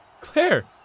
Claire